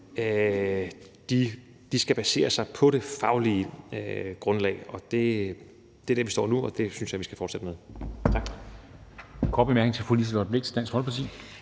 skal basere sig på det faglige grundlag, og det er der, vi står nu, og det synes jeg vi skal fortsætte med.